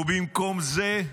ובמקום זה,